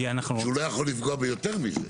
שהוא לא יכול לפגוע ביותר מזה.